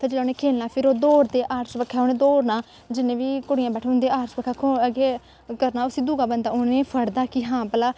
ते जिसलै उ'नें खेढना ओह् दौड़दे हर चबक्खै उ'नें दौड़ना जिन्ने बी कुड़ियां बैठे दे होंदे हर चबक्खै करना दूआ बंदा उसी फड़दा कि हां भला